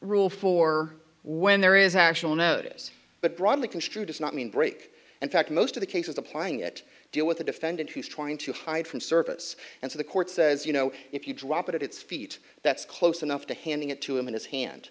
rule for when there is actual notice but broadly construed does not mean break in fact most of the cases applying it deal with a defendant who's trying to hide from service and to the court says you know if you drop it at its feet that's close enough to handing it to him in his hand